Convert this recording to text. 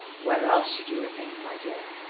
where else should you remain, my dear?